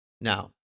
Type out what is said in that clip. now